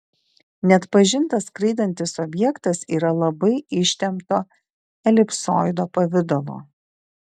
neatpažintas skraidantis objektas yra labai ištempto elipsoido pavidalo